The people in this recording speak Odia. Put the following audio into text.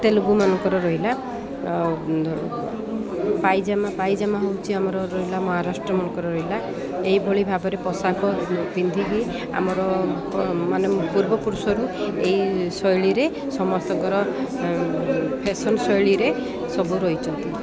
ତେଲୁଗୁମାନଙ୍କର ରହିଲା ଆଉ ପାଇଜାମା ପାଇଜାମା ହେଉଛି ଆମର ରହିଲା ମହାରାଷ୍ଟ୍ରମାନଙ୍କର ରହିଲା ଏଇଭଳି ଭାବରେ ପୋଷାକ ପିନ୍ଧିକି ଆମର ମାନେ ପୂର୍ବପୁରୁଷରୁ ଏଇ ଶୈଳୀରେ ସମସ୍ତଙ୍କର ଫେସନ ଶୈଳୀରେ ସବୁ ରହିଛନ୍ତି